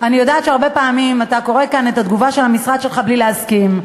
אני יודעת שהרבה פעמים אתה קורא כאן את התגובה שלך בלי להסכים,